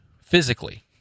physically